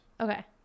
okay